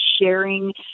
sharing